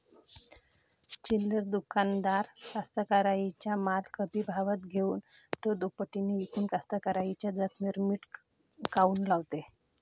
चिल्लर दुकानदार कास्तकाराइच्या माल कमी भावात घेऊन थो दुपटीनं इकून कास्तकाराइच्या जखमेवर मीठ काऊन लावते?